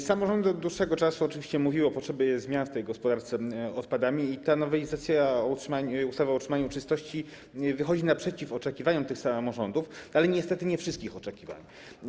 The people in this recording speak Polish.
Samorządy od dłuższego czasu oczywiście mówiły o potrzebie zmian w gospodarce odpadami i ta nowelizacja ustawy o utrzymaniu czystości wychodzi naprzeciw oczekiwaniom tych samorządów, ale niestety nie wszystkim oczekiwaniom.